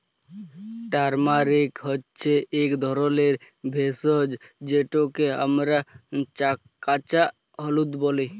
turmeric হছে ইক ধরলের ভেষজ যেটকে আমরা কাঁচা হলুদ ব্যলি